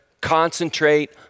concentrate